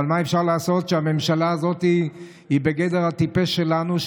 אבל מה אפשר לעשות שהממשלה הזאת היא בגדר הטיפש שלנו.